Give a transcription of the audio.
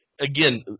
Again